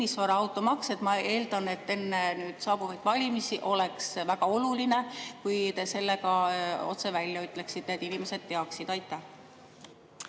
Ma eeldan, et enne saabuvaid valimisi oleks väga oluline, kui te selle otse välja ütleksite, et inimesed teaksid. Aitäh